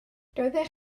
doeddech